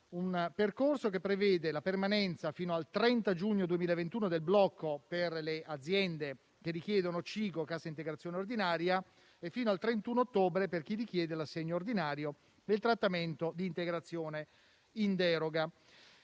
un percorso che prevede la permanenza fino al 30 giugno 2021 del blocco per le aziende che richiedono CIG o cassa integrazione ordinaria e fino al 31 ottobre per chi richiede l'assegno ordinario nel trattamento di integrazione in deroga.